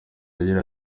agira